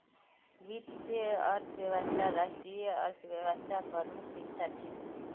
वीत्तिये अर्थवैवस्था राष्ट्रिय अर्थ्वैवास्थार प्रमुख हिस्सा छे